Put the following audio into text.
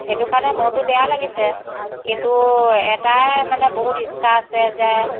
সেইটো কাৰণে মনটো বেয়া লাগিছে কিন্তু এটায়ে মানে বহুত ইচ্ছা আছে যে